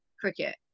cricket